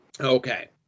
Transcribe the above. Okay